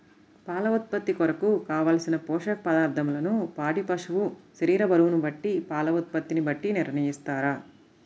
పాల ఉత్పత్తి కొరకు, కావలసిన పోషక పదార్ధములను పాడి పశువు శరీర బరువును బట్టి పాల ఉత్పత్తిని బట్టి నిర్ణయిస్తారా?